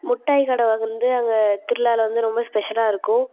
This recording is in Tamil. முட்டாய் கடை வந்து அங்கே திருவிழால வந்து ரொம்ப ஸ்பெஷலாக இருக்கும்